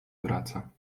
wraca